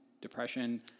depression